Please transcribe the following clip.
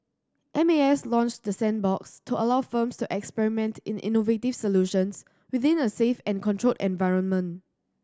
M A S launched the sandbox to allow firms to experiment in innovative solutions within a safe and controlled environment